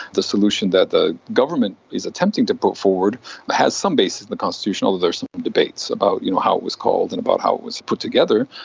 the solution that the government is attempting to put forward has some basis in the constitution, although there are some debates about you know how it was called and about how it was put together,